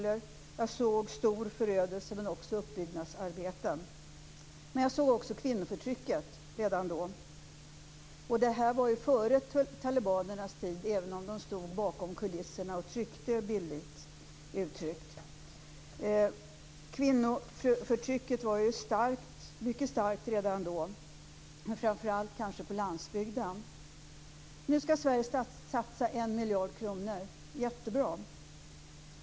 Jag såg stor förödelse men också uppbyggnadsarbeten. Men redan då såg jag också kvinnoförtrycket. Det var ju före talibanernas tid, även om de bildligt talat stod bakom kulisserna och tryckte. Kvinnoförtrycket var alltså mycket starkt redan då, kanske framför allt på landsbygden. Nu ska Sverige satsa 1 miljard kronor. Jättebra!